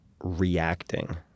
reacting